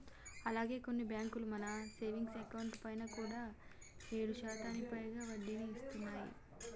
అలాగే కొన్ని బ్యాంకులు మన సేవింగ్స్ అకౌంట్ పైన కూడా ఏడు శాతానికి పైగా వడ్డీని ఇస్తున్నాయి